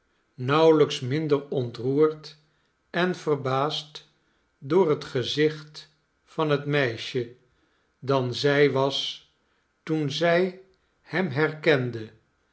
nauwelijks minder ontroerd en verbaasd door het gezicht van het meisje dan zij was toen zij hem herkende